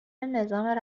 نظام